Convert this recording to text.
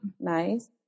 nice